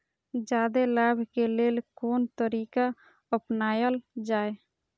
जादे लाभ के लेल कोन तरीका अपनायल जाय?